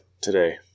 today